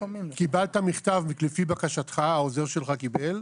קיבלת מכתב לפי בקשתך, העוזר שלך קיבל,